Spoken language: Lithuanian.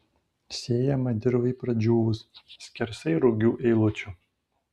sėjama dirvai pradžiūvus skersai rugių eilučių